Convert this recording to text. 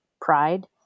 pride